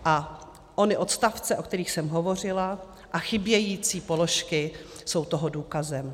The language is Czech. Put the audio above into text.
A ony odstavce, o kterých jsem hovořila, a chybějící položky jsou toho důkazem.